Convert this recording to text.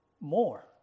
more